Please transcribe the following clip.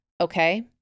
okay